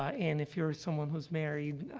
ah and if you're someone who's married,